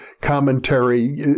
commentary